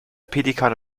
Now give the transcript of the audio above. pelikan